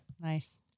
Nice